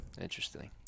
Interesting